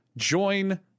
Join